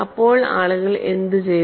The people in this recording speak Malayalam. അപ്പോൾ ആളുകൾ എന്തു ചെയ്തു